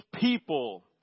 people